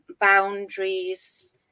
boundaries